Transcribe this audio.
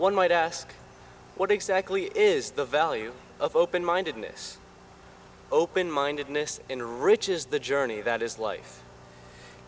one might ask what exactly is the value of open mindedness open mindedness enriches the journey that is life